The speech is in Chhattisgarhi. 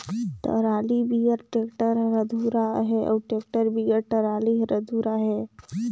टराली बिगर टेक्टर हर अधुरा अहे अउ टेक्टर बिगर टराली हर अधुरा अहे